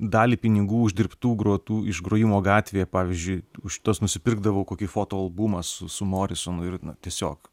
dalį pinigų uždirbtų grotų iš grojimo gatvėje pavyzdžiui už tuos nusipirkdavau kokį fotoalbumą su su morisonu ir na tiesiog